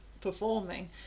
performing